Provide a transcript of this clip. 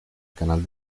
canal